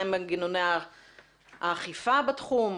מהם מנגנוני האכיפה בתחום?